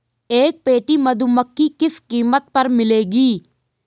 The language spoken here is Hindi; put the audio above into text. एक पेटी मधुमक्खी किस कीमत पर मिलेगी?